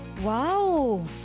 Wow